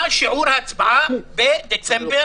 מה שיעור ההצלחה בדצמבר?